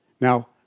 Now